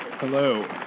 Hello